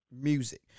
music